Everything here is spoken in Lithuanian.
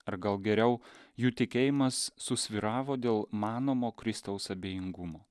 ar gal geriau jų tikėjimas susvyravo dėl manomo kristaus abejingumo